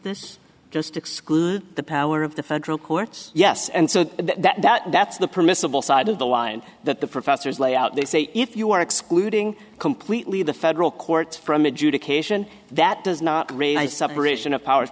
this just exclude the power of the federal courts yes and so that that's the permissible side of the line that the professors lay out they say if you are excluding completely the federal courts from adjudication that does not rely separation of powers